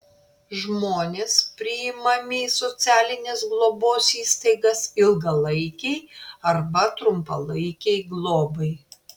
žmonės priimami į socialinės globos įstaigas ilgalaikei arba trumpalaikei globai